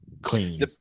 Clean